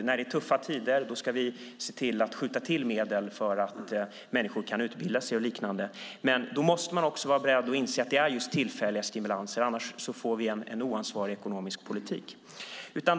När det är tuffa tider ska vi skjuta till medel för att människor ska kunna utbilda sig. Men man måste inse att det är just tillfälliga stimulanser, annars får vi en oansvarig ekonomisk politik.